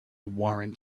warrant